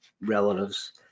relatives